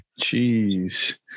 Jeez